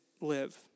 live